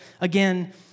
again